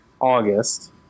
August